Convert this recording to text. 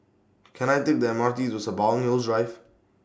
Can I Take The M R T to Sembawang Hills Drive